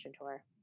tour